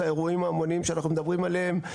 זה האירועים ההמוניים שאנחנו מדברים עליהם,